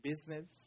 business